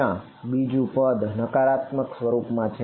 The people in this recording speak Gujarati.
ત્યાં બીજુ પદ નકારાત્મક સ્વરૂપ માં છે